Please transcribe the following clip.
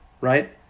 right